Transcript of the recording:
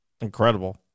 incredible